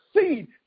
seed